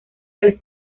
del